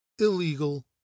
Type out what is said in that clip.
illegal